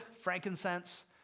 frankincense